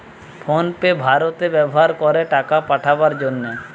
phone pay ভারতে ব্যাভার করে টাকা পাঠাবার জন্যে